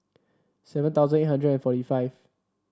seven thousand eight hundred and forty five